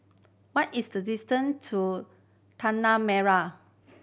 what is the distance to Tanah Merah